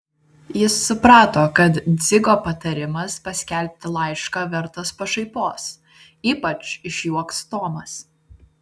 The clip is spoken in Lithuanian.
jis suprato kad dzigo patarimas paskelbti laišką vertas pašaipos ypač išjuoks tomas